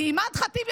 טלי.